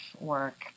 work